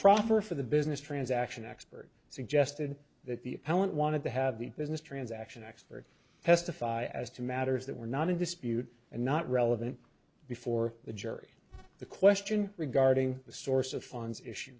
proper for the business transaction expert suggested that the appellant wanted to have the business transaction expert testify as to matters that were not in dispute and not relevant before the jury the question regarding the source of funds issue